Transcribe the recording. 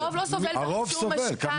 הרוב לא סובל מרישום משכנתא.